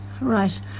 Right